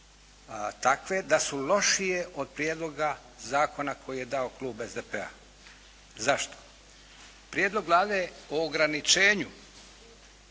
da su lošije od prijedloga zakona koje je dao klub SDP-a. Zašto? Prijedlog Vlade o ograničenju